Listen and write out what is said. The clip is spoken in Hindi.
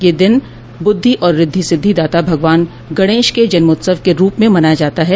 यह दिन बुद्धि और ऋद्धि सिद्धि दाता भगवान गणेश के जन्मोत्सव के रूप में मनाया जाता है